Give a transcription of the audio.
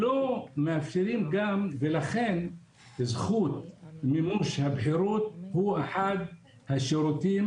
לכן זכות מימוש הבחירה היא אחד השירותים